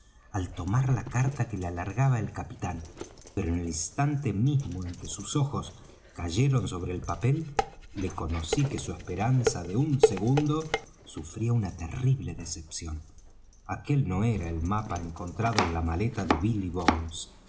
al tomar la carta que le alargaba el capitán pero en el instante mismo en que sus ojos cayeron sobre el papel le conocí que su esperanza de un segundo sufría una terrible decepción aquel no era el mapa encontrado en la maleta de billy bones